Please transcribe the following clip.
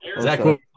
Zach